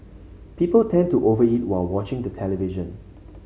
people tend to over eat while watching the television